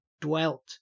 dwelt